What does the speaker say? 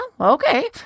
Okay